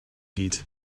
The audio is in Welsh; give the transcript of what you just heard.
gyd